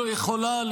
לא יכולה,